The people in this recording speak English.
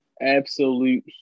Absolute